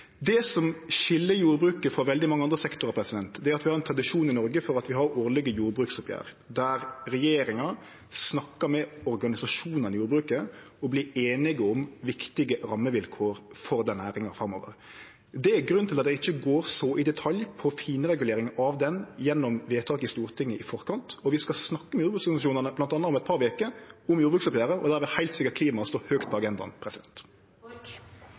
det er masse som er bra med det. Det som skil jordbruket frå veldig mange andre sektorar, er at vi i Noreg har ein tradisjon for at vi har årlege jordbruksoppgjer, der regjeringa snakkar med organisasjonane i jordbruket og vert einige om viktige rammevilkår for den næringa framover. Det er grunnen til at eg ikkje går i detalj på finregulering av ho gjennom vedtak i Stortinget i forkant. Vi skal snakke med jordbruksorganisasjonane, bl.a. om eit par veker, om jordbruksoppgjeret, og då vil heilt sikkert klima stå høgt på